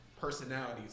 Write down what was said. Personalities